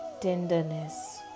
tenderness